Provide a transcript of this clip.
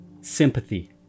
sympathy